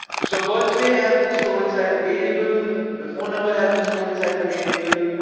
so birthday has been stored inside the variable, the phone number has been stored inside the variable,